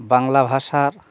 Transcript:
বাংলা ভাষার